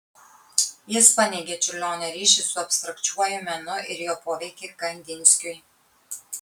jis paneigė čiurlionio ryšį su abstrakčiuoju menu ir jo poveikį kandinskiui